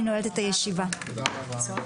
הישיבה ננעלה בשעה